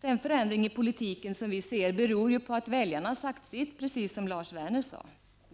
Den förändring i politiken som vi ser beror på att väljarna har sagt sitt, precis som Lars Werner anförde.